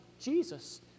Jesus